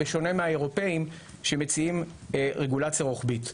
בשונה מהאירופים שמציעים רגולציה רוחבית.